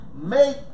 make